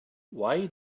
why